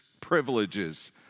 privileges